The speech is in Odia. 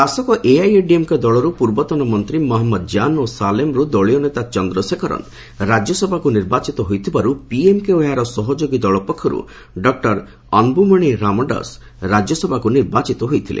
ଶାସକ ଏଆଇଡିଏମ୍କେ ଦଳରୁ ପୂର୍ବତନ ମନ୍ତ୍ରୀ ମହଞ୍ଜଦ ଜାନ୍ ଓ ସାଲେମ୍ରୁ ଦଳୀୟ ନେତା ଚନ୍ଦ୍ରଶେଖରନ୍ ରାଜ୍ୟସଭାକୁ ନିର୍ବାଚିତ ହୋଇଥିବାର୍ତ ପିଏମ୍କେ ଓ ଏହାର ସହଯୋଗୀ ଦଳ ପକ୍ଷର୍ ଡକ୍ଟର ଅନ୍ବ୍ରମଣି ରାମାଡସ୍ ରାଜ୍ୟସଭାକୁ ନିର୍ବାଚିତ ହୋଇଛନ୍ତି